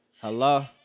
Hello